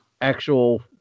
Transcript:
actual